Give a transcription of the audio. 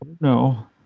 no